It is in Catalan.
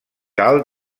alt